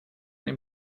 dem